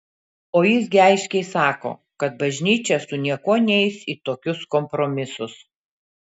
o jis gi aiškiai sako kad bažnyčia su niekuo neis į tokius kompromisus